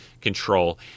control